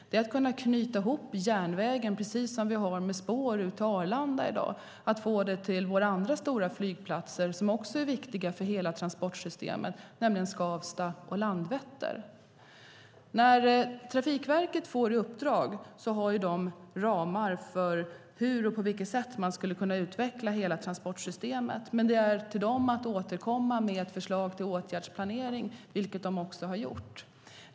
Den är att, precis som i dag med spår till Arlanda, knyta ihop järnvägen med våra andra stora flygplatser som är viktiga för hela transportsystemet, nämligen Skavsta och Landvetter. När Trafikverket får ett uppdrag har de ramar för på vilket sätt hela transportsystemet skulle kunna utvecklas. Men det är upp till dem att återkomma med ett förslag till åtgärdsplanering, vilket de också har gjort.